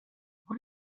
what